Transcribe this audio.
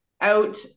out